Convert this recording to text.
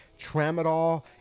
tramadol